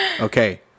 Okay